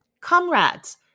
Comrades